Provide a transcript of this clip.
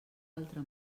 altre